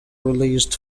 released